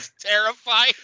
terrified